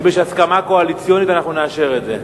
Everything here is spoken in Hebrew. אם יש הסכמה קואליציונית אנחנו נאשר את זה.